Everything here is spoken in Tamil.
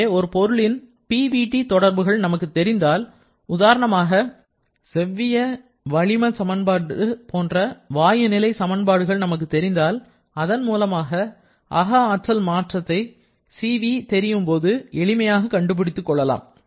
எனவே ஒரு பொருளின் PVT தொடர்புகள் நமக்கு தெரிந்தால் உதாரணமாக செவ்விய வளிமச் சமன்பாடு போன்ற வாயு நிலை சமன்பாடு நமக்கு தெரிந்தால் அதன் மூலமாக அக ஆற்றல் மாற்றத்தை Cvதெரியும்போது எளிமையாக கண்டுபிடித்துக் கொள்ளலாம்